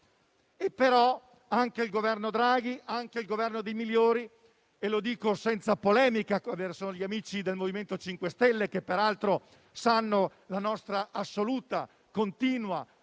Anche il Governo Draghi, però, il Governo dei migliori - lo dico senza polemica verso gli amici del MoVimento 5, Stelle, che peraltro conoscono la nostra assoluta e continua